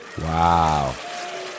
Wow